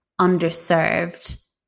underserved